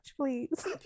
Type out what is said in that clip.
please